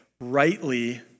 rightly